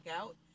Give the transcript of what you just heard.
out